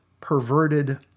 perverted